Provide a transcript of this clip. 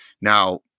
Now